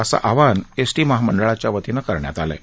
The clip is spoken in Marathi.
असं आवाहन एसटी महामंडळाच्या वतीने करण्यात येत आहे